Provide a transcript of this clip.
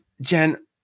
Jen